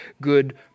good